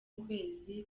ukwezi